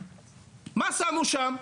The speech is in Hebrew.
מה שמו שם?